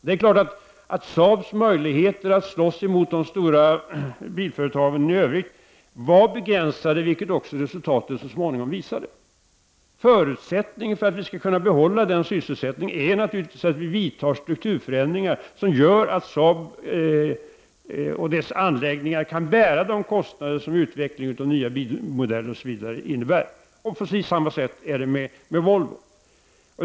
Det är klart att Saabs möjligheter att konkurrera med andra stora bilföretag var begränsade, vilket resultatet också så småningom visade. Förutsättningen för att vi skall kunna behålla sysselsättningen inom bilindustrin är naturligtvis att vi vidtar strukturförändringar som leder till att Saab och företagets anläggningar kan bära de kostnader som utvecklandet av nya bilmodeller m.m. för med sig. På precis samma sätt är det ju med Volvo.